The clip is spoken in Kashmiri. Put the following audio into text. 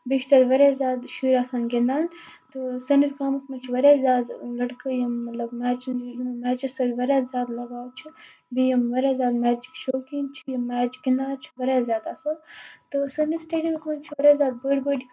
بیٚیہِ چھِ تَتہِ اریاہ زیادٕ شُرۍ آسان گِندان تہٕ سٲنِس گامَس منٛز چھِ واریاہ زیادٕ لڑکہٕ یِم مطلب میچَن یِم یِمن میٕچَس سۭتۍ واریاہ زیادٕ لگاو چھُ بیٚیہِ یِم واریاہ زیادٕ میچٕکۍ شوقیٖن چھِ یِم میچ گِندان چھِ واریاہ زیادٕ اصٕل تہِ سٲنِس سٹیڈِیَمس منٛز چھِ واریاہ زیادٕ بڑۍ بڑۍ